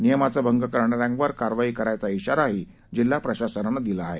नियमांचा भंग करणार्यांवर कारवाई करायचा इशाराही जिल्हा प्रशासनानं दिला आहे